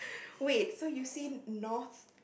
wait so you seen North